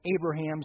Abraham's